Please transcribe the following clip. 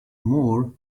more